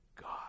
God